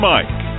Mike